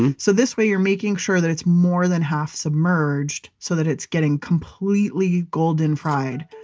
and so this way you're making sure that it's more than half submerged so that it's getting completely golden fried.